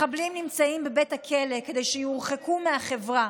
מחבלים נמצאים בבית הכלא כדי שיורחקו מהחברה,